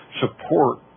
support